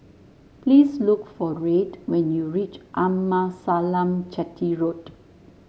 please look for Red when you reach Amasalam Chetty Road